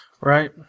right